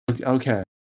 Okay